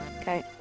okay